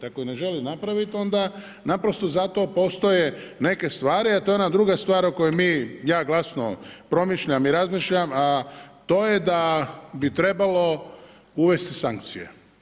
Ako ih ne želi napraviti, onda naprosto zato postoje neke stvari a to je ona druga stvar o kojoj mi, ja glasno promišljam i razmišljam a to je da bi trebalo uvesti sankcije.